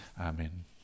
Amen